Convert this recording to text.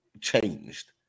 changed